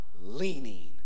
leaning